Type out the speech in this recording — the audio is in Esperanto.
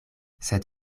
sed